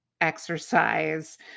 exercise